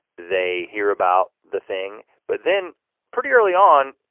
they hear about the thing, but then pretty early on,